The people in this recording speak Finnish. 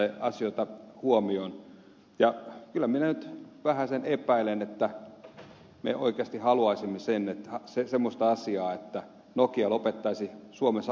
kyllä minä nyt vähäsen epäilen että me oikeasti haluaisimme semmoista asiaa että nokia lopettaisi suomessa lobbaamisen